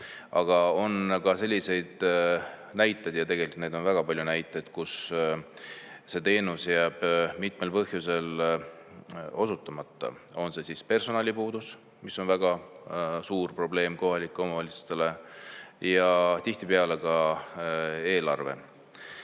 Aga on ka selliseid näiteid, ja tegelikult on neid väga palju, kus see teenus jääb mitmel põhjusel osutamata. Näiteks personalipuudus on väga suur probleem kohalikele omavalitsustele, ja tihtipeale ka eelarve.